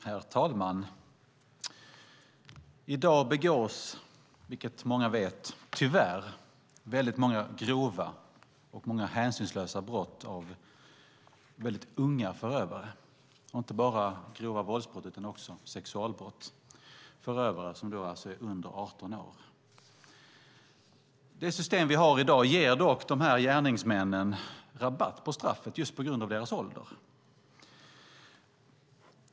Herr talman! I dag begås, vilket många vet, tyvärr många väldigt grova och hänsynslösa brott av mycket unga förövare, inte bara grova våldsbrott utan också sexualbrott. Det är alltså förövare som är under 18 år. Det system vi har i dag ger dock dessa gärningsmän rabatt på straffet just på grund av deras ålder.